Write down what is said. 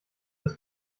das